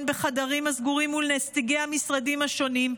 הן בחדרים הסגורים ומול נציגי המשרדים השונים,